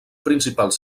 principals